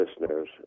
listeners